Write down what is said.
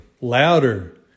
louder